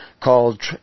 called